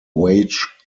wage